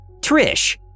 Trish